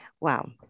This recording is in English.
wow